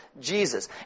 Jesus